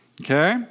Okay